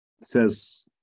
says